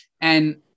and-